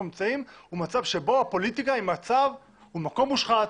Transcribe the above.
נמצאים הוא מצב שבו הפוליטיקה היא מקום מושחת,